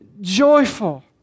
joyful